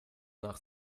nach